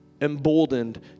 Emboldened